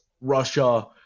Russia